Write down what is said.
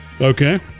Okay